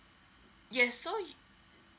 yes so